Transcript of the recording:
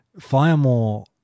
firemore